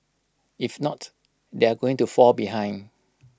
if not they are going to fall behind